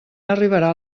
arribarà